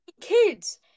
kids